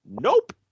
Nope